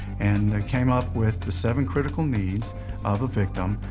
and came up with the seven critical needs of a victim,